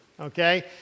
Okay